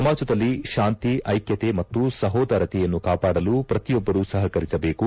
ಸಮಾಜದಲ್ಲಿ ಶಾಂತಿ ಏಕ್ಕತೆ ಮತ್ತು ಸೋದರತೆಯನ್ನು ಕಾಪಾಡಲು ಪ್ರತಿಯೊಬ್ಬರೂ ಸಹಕರಿಸಬೇಕು